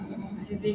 mmhmm